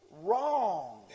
wrong